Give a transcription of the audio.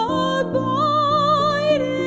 abide